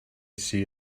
see